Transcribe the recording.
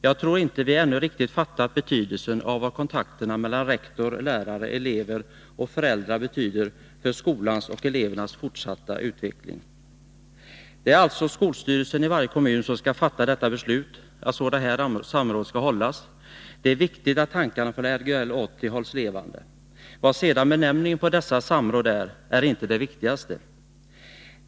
Jag tror inte vi ännu riktigt har fattat betydelsen av kontakterna mellan rektor, lärare, elever och föräldrar för skolans och elevernas fortsatta utveckling. Det är alltså skolstyrelsen i varje kommun som skall fatta beslut att sådana här samråd skall hållas. Det är viktigt att tankarna från Lgr 80 hålls levande. Vad sedan benämningen är på dessa samråd, är inte det viktigaste.